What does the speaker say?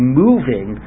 moving